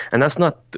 and that's not,